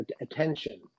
attention